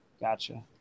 Gotcha